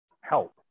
help